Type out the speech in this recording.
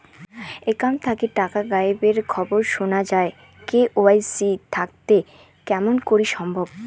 Account থাকি টাকা গায়েব এর খবর সুনা যায় কে.ওয়াই.সি থাকিতে কেমন করি সম্ভব?